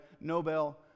Nobel